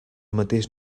mateix